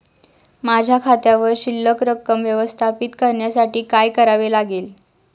माझ्या खात्यावर शिल्लक रक्कम व्यवस्थापित करण्यासाठी काय करावे लागेल?